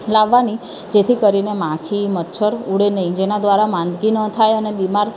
લાવવાની જેથી કરીને માખી મચ્છર ઉડે નહીં જેના દ્વારા માંદગી ન થાય અને બીમાર